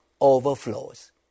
overflows